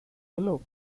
below